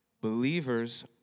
Believers